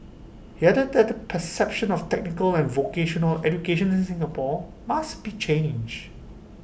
he added that the perception of technical and vocational education in Singapore must be changed